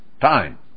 time